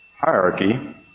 hierarchy